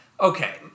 Okay